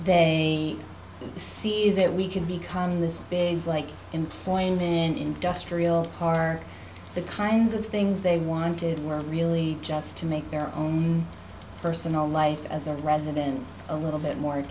the see that we could become this big like employment industrial or the kinds of things they wanted were really just to make their own personal life as a president a little bit more